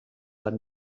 bat